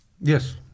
Yes